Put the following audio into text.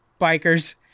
bikers